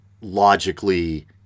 logically